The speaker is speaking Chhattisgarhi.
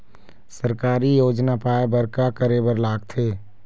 सरकारी योजना पाए बर का करे बर लागथे?